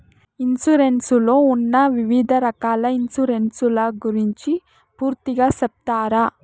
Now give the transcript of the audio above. Insurance లో ఉన్న వివిధ రకాల ఇన్సూరెన్సు ల గురించి పూర్తిగా సెప్తారా?